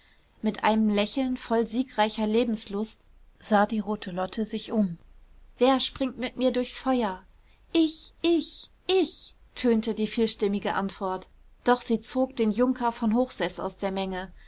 mit einem lächeln voll siegreicher lebenslust sah die rote lotte sich um wer springt mit mir durchs feuer ich ich ich tönte die vielstimmige antwort doch sie zog den junker von hochseß aus der menge